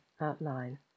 outline